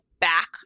back